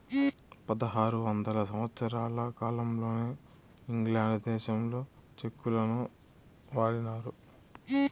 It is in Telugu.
పదహారు వందల సంవత్సరాల కాలంలోనే ఇంగ్లాండ్ దేశంలో చెక్కులను వాడినారు